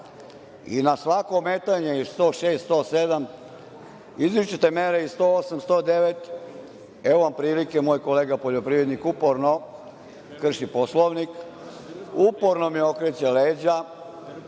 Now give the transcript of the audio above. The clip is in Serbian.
i na svako ometanje i 106, 107, izričite mere i 108. i 109. evo vam prilike, moj kolega, poljoprivrednik, uporno krši Poslovnik, uporno mi okreće leđa,